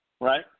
Right